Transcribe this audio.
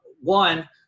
one